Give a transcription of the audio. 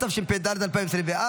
התשפ"ד 2024,